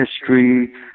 history